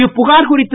இப்புகார் குறித்து